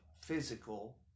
physical